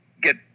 get